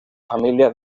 familia